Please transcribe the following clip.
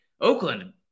Oakland